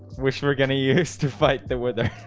which we're gonna use to fight the weather